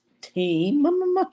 team